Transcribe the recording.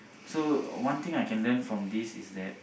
so one thing I can lean from this is that